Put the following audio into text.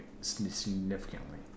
significantly